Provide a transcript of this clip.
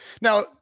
now